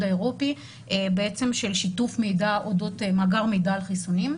האירופי של שיתוף מידע אודות מאגר מידע על חיסונים.